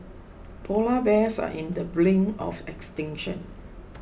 Polar Bears are in the brink of extinction